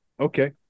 Okay